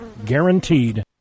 Guaranteed